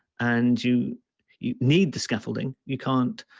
and you you need the scaffolding. you can't